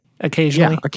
occasionally